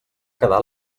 quedar